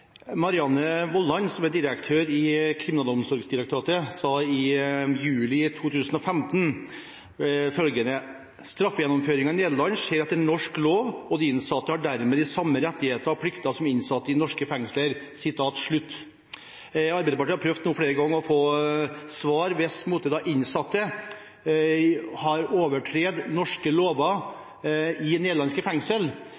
Marianne Vollan, som er direktør i Kriminalomsorgsdirektoratet, sa i juli 2015: «Straffegjennomføringen i Nederland skjer etter norsk lov, og de innsatte har dermed de samme rettigheter og plikter som innsatte i norske fengsler.» Arbeiderpartiet har prøvd flere ganger å få svar på dette: Hvis innsatte har overtrådt norske